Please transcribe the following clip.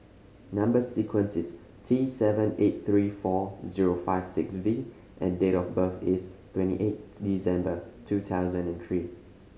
number sequence is T sevent eight three four zero five six V and date of birth is twenty eight December two thousand and three